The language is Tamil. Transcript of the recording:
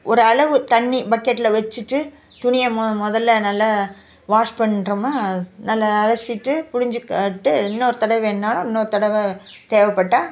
ஒரு அளவு தண்ணி பக்கெட்டில் வச்சிட்டு துணியை மொ முதல்ல நல்லா வாஷ் பண்ணுறமா நல்லா அலசிவிட்டு புழிஞ்சிகிட்டு இன்னோரு தடவை வேணுன்னாலும் இன்னோரு தடவை தேவைப்பட்டா